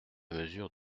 mesure